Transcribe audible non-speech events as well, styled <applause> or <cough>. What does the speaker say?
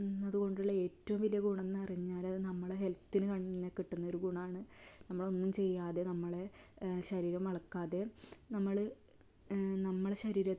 അതുകൊണ്ടുള്ള ഏറ്റവും വല്ല്യ ഗുണം എന്ന് പറഞ്ഞാൽ അത് നമ്മളെ ഹെൽത്തിന് <unintelligible> കിട്ടുന്ന ഒരു ഗുണമാണ് നമ്മളൊന്നും ചെയ്യാതെ നമ്മളെ ശരീരം വളക്കാതെ നമ്മൾ നമ്മളെ ശരീര